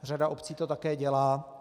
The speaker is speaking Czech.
Řada obcí to také dělá.